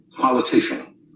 politician